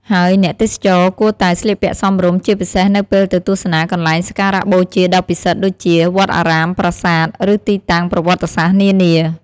ហើយអ្នកទេសចរគួរតែ ស្លៀកពាក់សមរម្យ ជាពិសេសនៅពេលទៅទស្សនាកន្លែងសក្ការបូជាដ៏ពិសិដ្ឋដូចជា វត្តអារាម ប្រាសាទ ឬទីតាំងប្រវត្តិសាស្ត្រនានា។